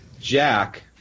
Jack